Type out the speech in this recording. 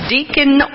Deacon